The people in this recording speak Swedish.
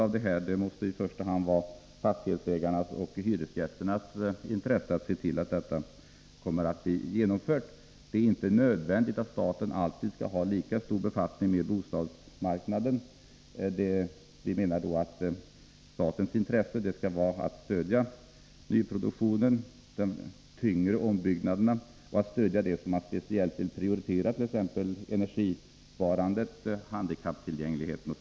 Vi menar att det i första hand måste ligga i fastighetsägarnas och hyresgästernas intresse att se till att underhållet av bostadsbeståndet blir genomfört. Det är inte nödvändigt att staten alltid tar samma stora befattning med bostadsmarknaden. Statens intresse skall enligt vår mening rikta sig mot att stödja nyproduktionen och den tyngre ombyggnadsverksamheten liksom det man speciellt vill prioritera, t.ex. energisparandet och handikapptillgängligheten.